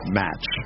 match